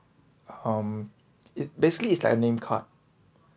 um it basically it's like a name card